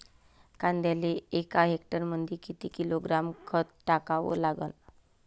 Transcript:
कांद्याले एका हेक्टरमंदी किती किलोग्रॅम खत टाकावं लागन?